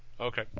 Okay